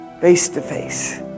face-to-face